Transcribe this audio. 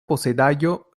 posedaĵo